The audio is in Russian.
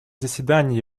заседание